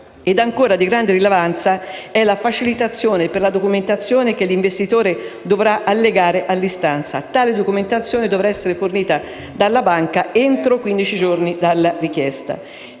Ed ancora di grande rilevanza è la facilitazione per la documentazione che l'investitore dovrà allegare all'istanza; tale documentazione dovrà essere fornita dalla banca entro quindici giorni dalla richiesta.